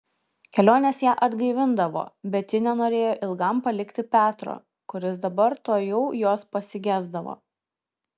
kelionės ją atgaivindavo bet ji nenorėjo ilgam palikti petro kuris dabar tuojau jos pasigesdavo